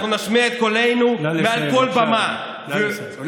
אנחנו נשמיע את קולנו מעל כל במה, נא